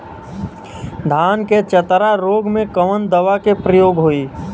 धान के चतरा रोग में कवन दवा के प्रयोग होई?